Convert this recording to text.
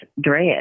dread